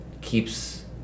keeps